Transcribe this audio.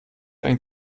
ein